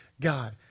God